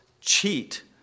cheat